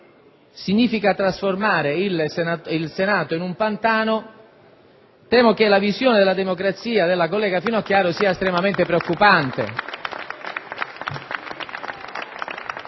significa trasformare il Senato in un pantano, temo che la visione della democrazia della collega Finocchiaro sia estremamente preoccupante. *(Applausi